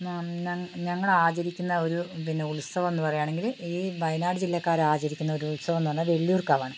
നം നം ഞങ്ങളാചരിക്കുന്ന ഒരു പിന്നെ ഉത്സവമെന്ന് പറയുകയാണെങ്കില് ഈ വയനാട് ജില്ലക്കാര് ആചരിക്കുന്ന ഒരു ഉത്സവമെന്ന് പറഞ്ഞാൽ വെള്ളിയൂർക്കാവാണ്